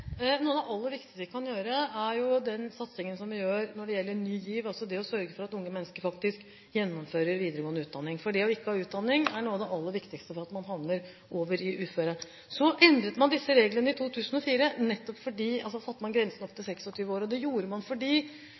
Noe av det aller viktigste vi gjør, er den satsing vi har gjennom Ny GIV – det å sørge for at unge mennesker faktisk gjennomfører videregående utdanning. Det å ikke ha utdanning er en av de viktigste årsakene til at man havner i uførhet. Så endret man disse reglene i 2004 – man satte grensen opp til 26 år – fordi det